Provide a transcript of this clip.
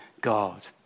God